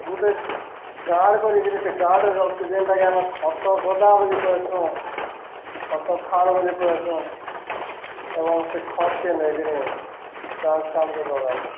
ଗୁଟେ ଗାଡ଼୍ କରିକିରି ସେ ଗାଡ଼୍ରେ ରଖ୍ସୁଁ ଜେନ୍ଟାକେ ଆମେ ଖତ ଗଦା ବୋଲି କହେସୁଁ ଖତ ଖାଲ୍ ବୋଲି କହେସୁଁ ଏବଂ ସେ ଖତ୍କେ ନେଇକିରି ଚାଷ୍ କାମ୍ରେ ଲଗାସୁଁ